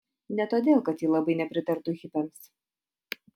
ne todėl kad ji labai nepritartų hipiams